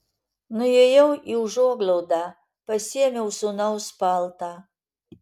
nuėjau į užuoglaudą pasiėmiau sūnaus paltą